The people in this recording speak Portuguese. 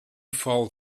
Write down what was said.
fale